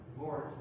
lord